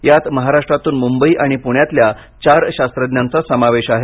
यात महाराष्ट्रातून मुंबई आणि पुण्यातल्या चार शास्त्रज्ञांचा समावेश आहे